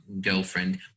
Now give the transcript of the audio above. girlfriend